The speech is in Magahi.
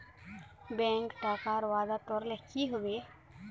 बैंक टाकार वादा तोरले कि हबे